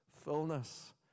fullness